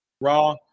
Raw